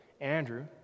Andrew